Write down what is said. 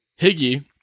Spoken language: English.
Higgy